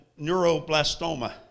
neuroblastoma